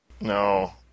No